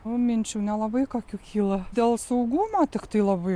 o minčių nelabai kokių kilo dėl saugumo tiktai labai